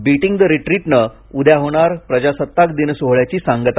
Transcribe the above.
beating the रिट्रीटनं उद्या होणार प्रजासत्ताक दिन सोहळ्याची सांगता